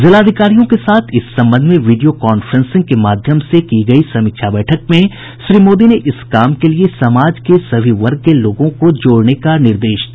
जिलाधिकारियों के साथ इस संबंध में वीडियो कांफ्रेंसिंग के माध्यम से की गयी समीक्षा बैठक में श्री मोदी ने इस काम के लिए समाज के सभी वर्गों के लोगों को जोड़ने का निर्देश दिया